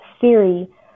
theory